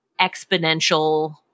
exponential